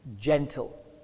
gentle